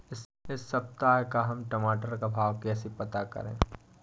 इस सप्ताह का हम टमाटर का भाव कैसे पता करें?